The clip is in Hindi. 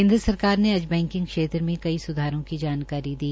केन्द्र सरकार ने आज बैकिंग क्षेत्र में कई सुधारों की जानकारी दी